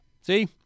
See